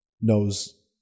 knows